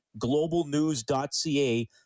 Globalnews.ca